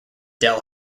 del